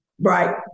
Right